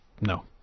No